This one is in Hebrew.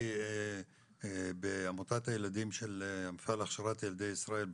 אני בעמותת הילדים של המפעל להכשרת ילדי ישראל בחופש,